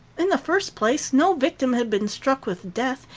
in the first place, no victim had been struck with death,